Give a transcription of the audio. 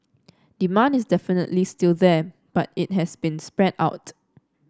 demand is definitely still there but it has been spread out